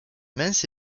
mince